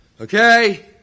Okay